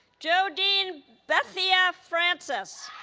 jodeanne bethia francis